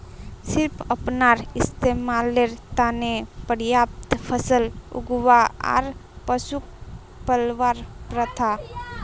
सिर्फ अपनार इस्तमालेर त न पर्याप्त फसल उगव्वा आर पशुक पलवार प्रथा